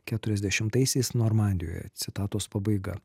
keturiasdešimaisiais normandijoje citatos pabaiga